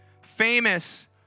famous